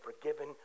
forgiven